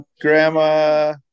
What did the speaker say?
grandma